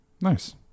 Nice